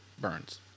Burns